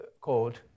called